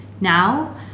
Now